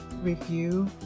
review